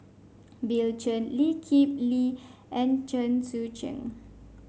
Bill Chen Lee Kip Lee and Chen Sucheng